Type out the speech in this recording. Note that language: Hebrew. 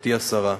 גברתי השרה,